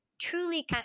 Truly